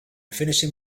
finishing